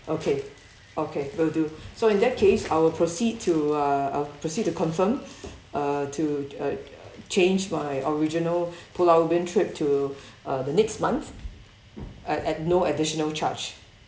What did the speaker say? okay okay will do so in that case I will proceed to uh I'll proceed to confirm uh to uh change my original pulau ubin trip to uh the next month at at no additional charge